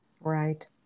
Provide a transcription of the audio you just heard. Right